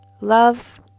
love